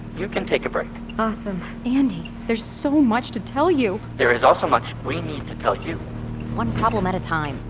you can take a break awesome andi, there's so much to tell you there is also much we need to tell you one problem at a time.